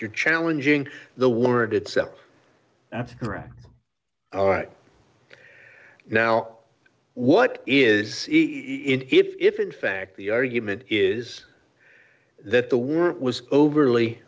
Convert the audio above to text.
you're challenging the word itself that's all right now what is it if in fact the argument is that the word was overly